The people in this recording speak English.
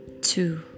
Two